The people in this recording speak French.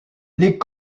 les